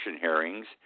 hearings